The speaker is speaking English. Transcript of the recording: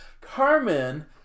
Carmen